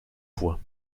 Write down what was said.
fois